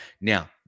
Now